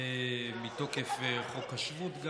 מתוקף חוק השבות,